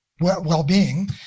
well-being